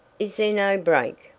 is there no brake?